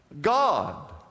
God